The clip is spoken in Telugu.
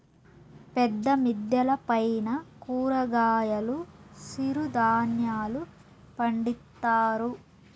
పెద్ద మిద్దెల పైన కూరగాయలు సిరుధాన్యాలు పండిత్తారు